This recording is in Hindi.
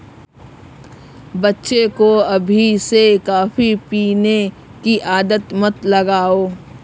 बच्चे को अभी से कॉफी पीने की आदत मत लगाओ